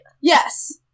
yes